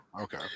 Okay